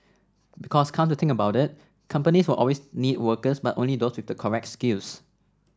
because come to think about it companies will always need workers but only those with the correct skills